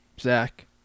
Zach